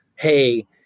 hey